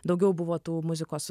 daugiau buvo tų muzikos